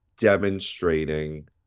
demonstrating